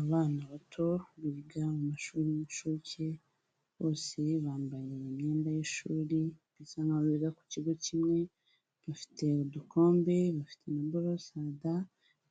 Abana bato biga mu mashuri y'incuke, bose bambaye imyenda y'ishuri bisa nkaho biga ku kigo kimwe, bafite udukombe, bafite na burosada,